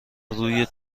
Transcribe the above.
روی